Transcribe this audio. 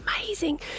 amazing